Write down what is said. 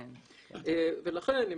לכן,